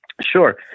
Sure